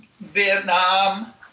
Vietnam